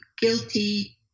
guilty